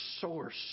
source